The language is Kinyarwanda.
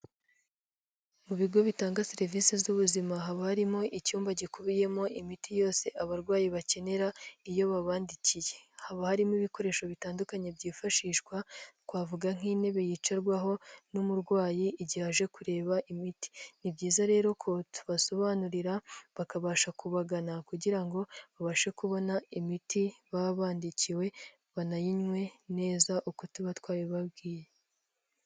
Mu bigo bitanga serivisi z'ubuzima haba harimo icyumba gikubiyemo imiti yose abarwayi bakenera iyo babandikiye, haba harimo ibikoresho bitandukanye byifashishwa twavuga nk'intebe yicarwaho n'umurwayi igihe aje kureba imiti. Ni byiza rero ko tubasobanurira bakabasha kubagana kugira ngo babashe kubona imiti baba bandikiwe banayinywe neza uko tuba twabibabwiye.